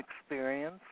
experience